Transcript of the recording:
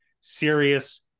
serious